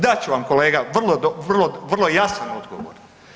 Dat ću vam kolega vrlo jasan odgovor.